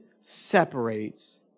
separates